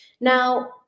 Now